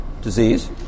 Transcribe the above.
Disease